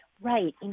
Right